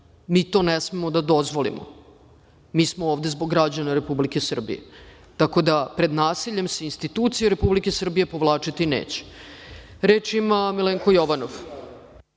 Mi to ne smemo da dozvolimo. Mi smo ovde zbog građana Republike Srbije, tako da pred nasiljem sa institucije Republike Srbije povlačiti neće. Reč ima Milenko Jovanov.